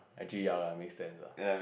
actually ya lah make sense lah